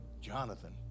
Jonathan